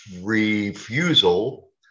refusal